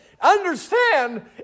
understand